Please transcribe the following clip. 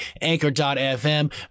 Anchor.fm